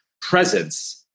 presence